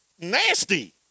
nasty